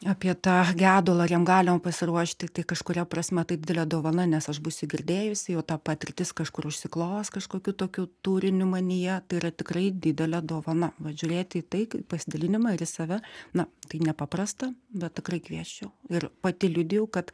apie tą gedulą ar jam galima pasiruošti tai kažkuria prasme tai didelė dovana nes aš būsiu girdėjusi jau ta patirtis kažkur užsiklos kažkokiu tokiu turiniu manyje tai yra tikrai didelė dovana vat žiūrėti į tai pasidalinimą ir į save na tai nepaprasta bet tikrai kviesčiau ir pati liudijau kad